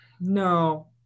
No